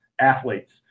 athletes